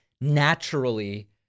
Naturally